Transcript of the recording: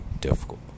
difficult